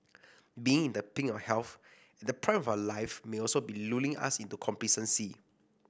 being in the pink of health and the prime of our lives may also be lulling us into complacency